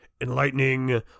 enlightening